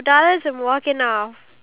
okay what